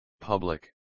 public